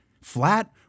Flat